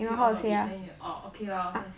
peel off a bit then oh okay lor